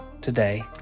today